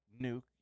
nuke